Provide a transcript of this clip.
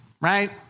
Right